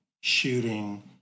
shooting